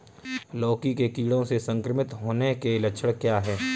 लौकी के कीड़ों से संक्रमित होने के लक्षण क्या हैं?